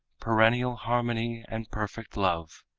perennial harmony and perfect love.